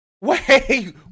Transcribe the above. Wait